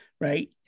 right